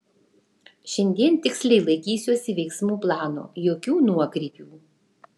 šiandien tiksliai laikysiuosi veiksmų plano jokių nuokrypių